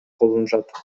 колдонушат